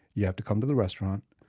you have to come to the restaurant,